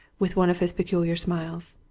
with one of his peculiar smiles.